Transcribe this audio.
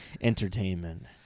entertainment